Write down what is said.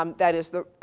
um that is the,